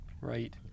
Right